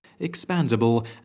expandable